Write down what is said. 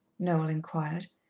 noel enquired.